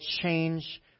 change